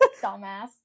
Dumbass